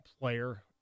player